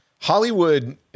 Hollywood